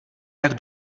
jak